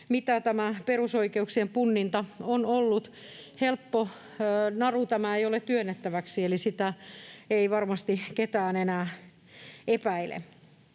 mitä tämä perusoikeuksien punninta on ollut. Helppo naru tämä ei ole työnnettäväksi, sitä ei varmasti kukaan enää epäile.